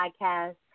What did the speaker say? podcast